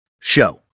show